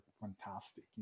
fantastic